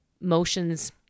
motions